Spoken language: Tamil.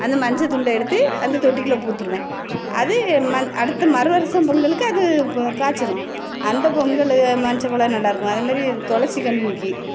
அந்த மஞ்சள் துண்டை எடுத்து அந்த தொட்டிக்குள்ளே பூத்துடுவேன் அது ம அடுத்த மறுவருஷம் பொங்கலுக்கு அது இப்போ காய்ச்சிரும் அந்த பொங்கல் மஞ்சள் குலை நல்ல இருக்கும் அதேமாதிரி துளசிக் கன்று நிற்கி